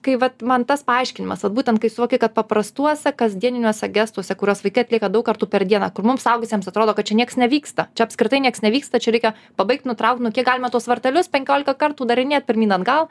kai vat man tas paaiškinimas vat būtent kai suvoki kad paprastuose kasdieniniuose gestuose kuriuos vaikai atlieka daug kartų per dieną kur mums suaugusiems atrodo kad čia nieks nevyksta čia apskritai nieks nevyksta čia reikia pabaigt nutraukt nu kiek galima tuos vartelius penkiolika kartų darinėt pirmyn atgal